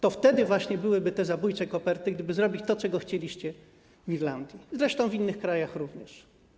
To wtedy właśnie byłyby te zabójcze koperty, gdyby zrobić to, czego chcieliście, w Irlandii, zresztą w innych krajach również.